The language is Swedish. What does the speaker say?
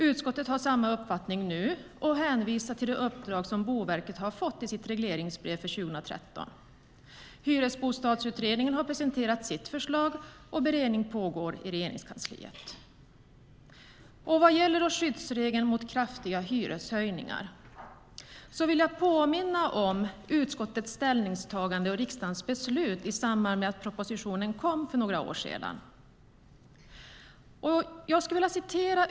Utskottet har samma uppfattning nu och hänvisar till det uppdrag som Boverket har fått i sitt regleringsbrev för 2013. Hyresbostadsutredningen har presenterat sitt förslag, och beredning pågår i Regeringskansliet. Vad gäller skyddsregeln mot kraftiga hyreshöjningar vill jag påminna om utskottets ställningstagande och riksdagens beslut i samband med att propositionen kom för några år sedan.